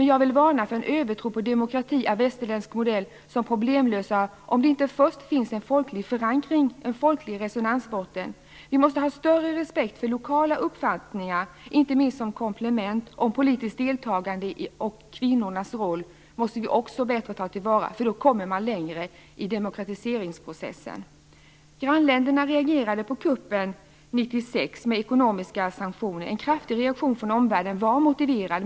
Jag vill dock varna för en övertro på demokrati av västerländsk modell som problemlösare om det inte först finns en folklig förankring, en folklig resonansbotten. Vi måste ha större respekt för lokala uppfattningar, inte minst som komplement, om politiskt deltagande. Kvinnornas roll måste vi också bättre ta till vara. Då kommer man längre i demokratiseringsprocessen. Grannländerna reagerade på kuppen 1996 med ekonomiska sanktioner. En kraftig reaktion från omvärlden var motiverad.